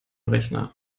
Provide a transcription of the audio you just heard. rechner